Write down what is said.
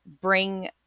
bring